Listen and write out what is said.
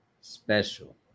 special